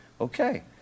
Okay